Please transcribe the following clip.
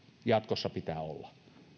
jatkossa pitää olla